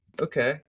Okay